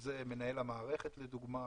שזה מנהל המערכת לדוגמה